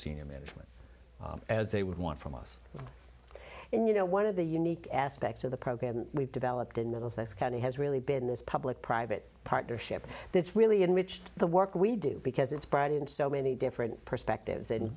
senior management as they would want from us and you know one of the unique aspects of the program we've developed in middlesex county has really been this public private partnership that's really enrich the work we do because it's brought in so many different perspectives and